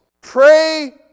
Pray